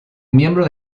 miembro